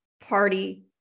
party